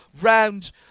round